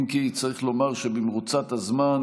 אם כי צריך לומר שבמרוצת הזמן,